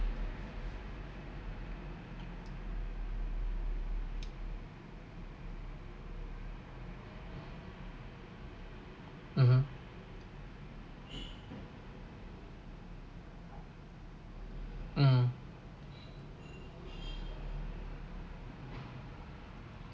(uh huh) um